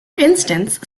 instance